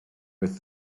with